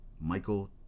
Michael